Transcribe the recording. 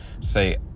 say